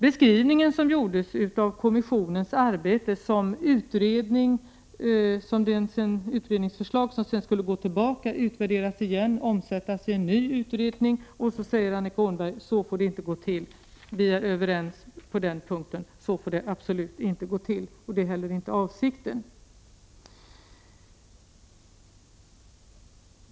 Annika Åhnberg gjorde den beskrivningen av kommissionens arbete att det skulle komma ett utredningsförslag som sedan skulle gå tillbaka, utvärderas igen och omsättas i en ny utredning. Så får det inte gå till, sade Annika Åhnberg. På den punkten är jag överens med Annika Åhnberg — så får det absolut inte gå till, och det är heller inte avsikten.